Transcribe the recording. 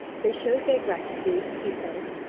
they showed their gratitude, he says,